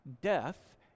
Death